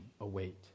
await